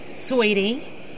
Sweetie